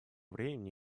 времени